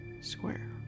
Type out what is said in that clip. square